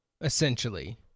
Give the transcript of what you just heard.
essentially